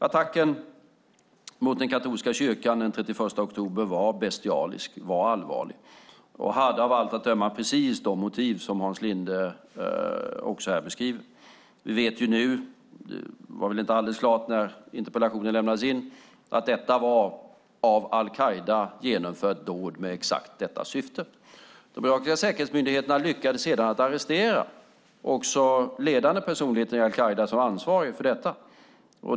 Attacken mot den katolska kyrkan den 31 oktober var bestialisk och allvarlig, och den hade av allt att döma precis de motiv som Hans Linde här beskriver. Vi vet nu - det var väl inte alldeles klart när interpellationen lämnades in - att detta var ett av al-Qaida genomfört dåd med exakt detta syfte. De irakiska säkerhetsmyndigheterna lyckades sedan arrestera också ledande personer i al-Qaida som var ansvariga för detta.